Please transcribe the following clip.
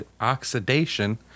oxidation